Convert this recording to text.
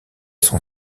son